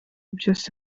byose